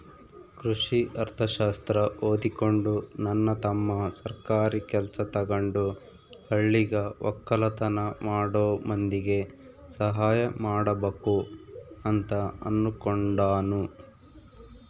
ಕೃಷಿ ಅರ್ಥಶಾಸ್ತ್ರ ಓದಿಕೊಂಡು ನನ್ನ ತಮ್ಮ ಸರ್ಕಾರಿ ಕೆಲ್ಸ ತಗಂಡು ಹಳ್ಳಿಗ ವಕ್ಕಲತನ ಮಾಡೋ ಮಂದಿಗೆ ಸಹಾಯ ಮಾಡಬಕು ಅಂತ ಅನ್ನುಕೊಂಡನ